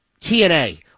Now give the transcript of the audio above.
TNA